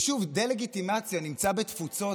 שוב, דה-לגיטימציה נמצאת בתפוצות.